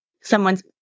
someone's